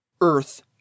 Earth